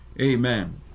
amen